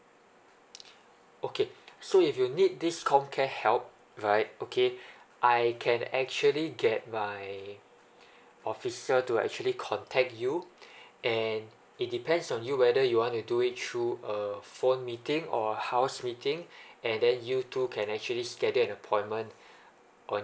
okay so if you need this comcare help right okay I can actually get my officer to actually contact you and it depends on you whether you want to do it through a phone meeting or house meeting and then you two can actually schedule an appointment on